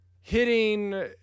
hitting